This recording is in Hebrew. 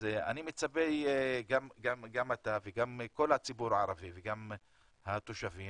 אז אני מצפה שגם אתה וכל הציבור הערבי וגם התושבים,